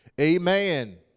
amen